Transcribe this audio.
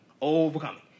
overcoming